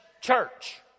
church